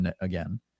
again